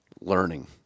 learning